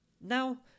now